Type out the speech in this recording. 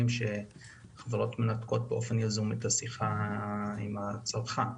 שחברות מנתקות באופן יזום את השיחה עם הצרכן.